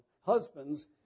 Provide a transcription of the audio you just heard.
Husbands